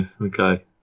okay